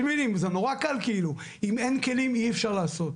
אם אין כלים אי אפשר לעשות.